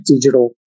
digital